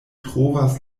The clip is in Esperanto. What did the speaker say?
trovas